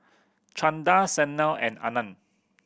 Chanda Sanal and Anand